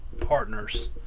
partners